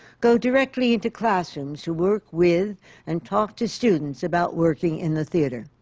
go directly into classrooms to work with and talk to students about working in the theatre.